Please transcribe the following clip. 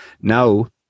Now